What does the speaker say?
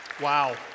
Wow